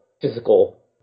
physical